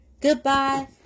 Goodbye